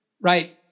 right